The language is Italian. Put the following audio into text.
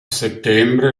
settembre